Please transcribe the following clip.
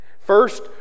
First